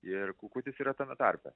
ir kukutis yra tame tarpe